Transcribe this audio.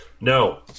No